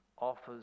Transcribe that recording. offers